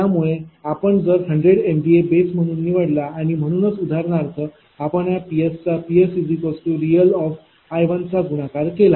त्यामुळे आपण जर 100 MVA बेस म्हणून निवडला आणि म्हणूनच उदाहरणार्थ आपण या Ps चा Psreal चा गुणाकार केला